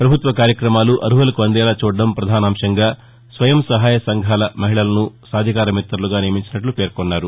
పభుత్వ కార్యక్రమాలు అర్హులకు అందేలా చూడడం ప్రధానాంశంగా స్వయం సహాయ సంఘాల మహిళలను సాధికార మిత్రలుగా నియమించినట్లు పేర్కొన్నారు